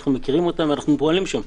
אנחנו מכירים אותן ואנחנו פועלים שם.